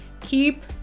keep